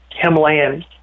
Himalayan